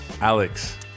Alex